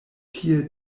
tie